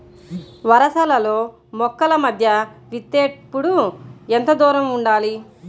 వరసలలో మొక్కల మధ్య విత్తేప్పుడు ఎంతదూరం ఉండాలి?